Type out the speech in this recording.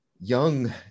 young